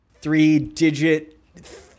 Three-digit